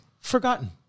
Forgotten